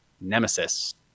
nemesis